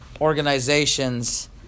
organizations